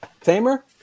Tamer